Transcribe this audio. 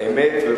מה